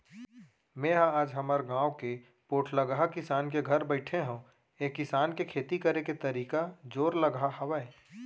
मेंहा आज हमर गाँव के पोठलगहा किसान के घर बइठे हँव ऐ किसान के खेती करे के तरीका जोरलगहा हावय